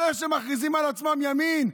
כל אלה שמכריזים על עצמם ימין,